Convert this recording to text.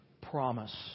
promise